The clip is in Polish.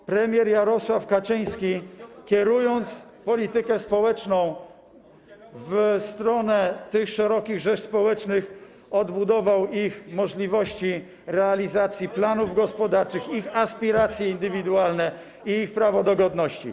To premier Jarosław Kaczyński, kierując politykę społeczną w stronę tych szerokich rzesz społecznych, odbudował ich możliwości realizacji planów gospodarczych, ich aspiracje indywidualne i ich prawo do godności.